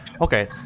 Okay